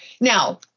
Now